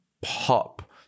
pop